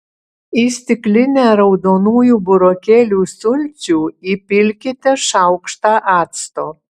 į stiklinę raudonųjų burokėlių sulčių įpilkite šaukštą acto